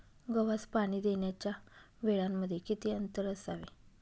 गव्हास पाणी देण्याच्या वेळांमध्ये किती अंतर असावे?